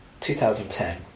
2010